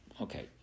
okay